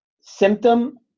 symptom